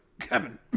Kevin